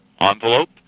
envelope